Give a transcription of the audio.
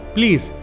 Please